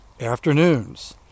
afternoons